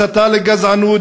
הסתה לגזענות,